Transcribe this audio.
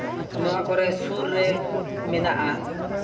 ᱱᱚᱣᱟ ᱠᱚᱨᱮ ᱥᱩᱨ ᱨᱮ ᱢᱮᱱᱟᱜᱼᱟ